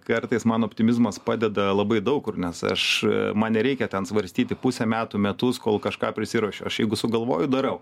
kartais man optimizmas padeda labai daug kur nes aš man nereikia ten svarstyti pusę metų metus kol kažką prisiruošiau aš jeigu sugalvoju darau